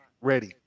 ready